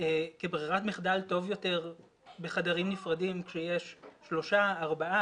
כברירת מחדל טוב יותר בחדרים נפרדים כשיש שלושה-ארבעה,